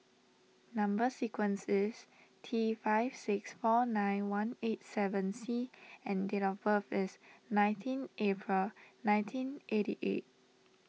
Number Sequence is T five six four nine one eight seven C and date of birth is nineteen April nineteen eighty eight